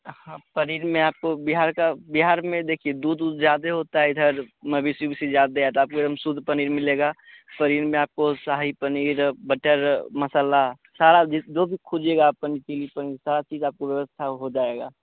हाँ पनीर में आपको बिहार का बिहार में देखिए दूध उध ज़्यादा होता है इधर मवेशी उवेसी ज़्यादा हैं ताकि एवं शुद्ध पनीर मिलेगा पनीर में आपको पनीर में आपको शाही पनीर बटर मसाला सारा जो जो भी खोजिएगा अपन चिली पनीर सारी चीज़ आपको व्यवस्था हो जाएगी